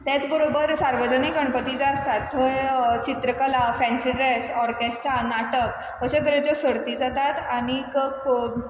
त्याच बरोबर सार्वजनीक गणपती जे आसतात थंय चित्रकला फेंसि ड्रेस ऑर्केस्ट्रा नाटक अशें तरेच्यो सर्ती जातात आनीक